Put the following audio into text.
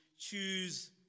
Choose